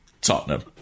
Tottenham